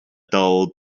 dull